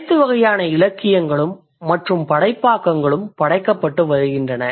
அனைத்து வகையான இலக்கியங்களும் மற்றும் படைப்பாக்கங்களும் படைக்கப்பட்டு வருகின்றன